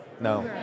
no